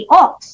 ox